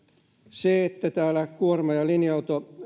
se että täällä kuorma ja linja